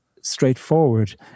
straightforward